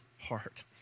heart